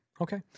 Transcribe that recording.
okay